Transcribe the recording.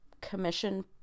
commission